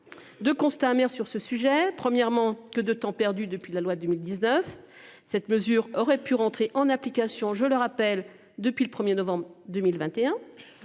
2 constats amers sur ce sujet. Premièrement que de temps perdu depuis la loi 2019. Cette mesure aurait pu rentrer en application, je le rappelle, depuis le 1er novembre 2021.